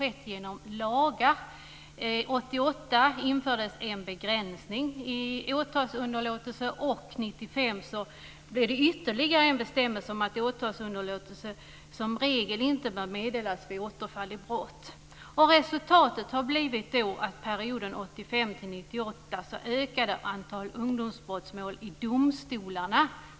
1988 infördes en begränsning när det gäller åtalsunderlåtelse, och 1995 tillkom ytterligare en bestämmelse om att åtalsunderlåtelse som regel inte bör meddelas vid återfall i brott. Och resultatet har blivit att under perioden 1985-1998 ökade antalet ungdomsbrottsmål i domstolarna.